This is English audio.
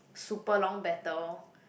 super long battle